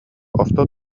орто